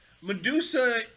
Medusa